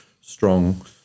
strong